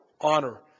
honor